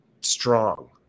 strong